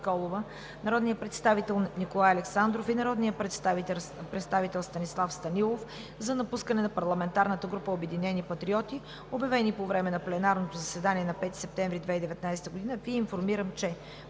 народния представител Николай Александров и народния представител Станислав Станилов за напускане на парламентарната група „Обединени патриоти“, обявени по време на пленарното заседание на 5 септември 2019 г., Ви информирам, че